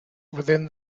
within